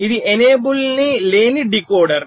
ఇది ఎనేబుల్ లేని డీకోడర్